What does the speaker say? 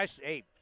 hey